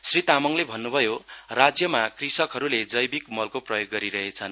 श्री तामाङले भन्नुभयो राज्यमा कृषकहरूले जैविक मलको प्रयोग गरिरहेछन्